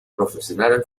profesionales